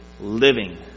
living